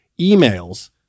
emails